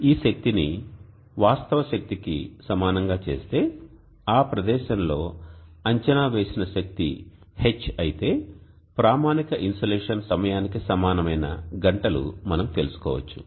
మనం ఈ శక్తిని వాస్తవ శక్తికి సమానంగా చేస్తే ఆ ప్రదేశంలో అంచనా వేసిన శక్తి H అయితే ప్రామాణిక ఇన్సోలేషన్ సమయానికి సమానమైన గంటలు మనం తెలుసుకోవచ్చు